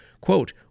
quote